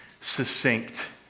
succinct